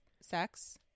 sex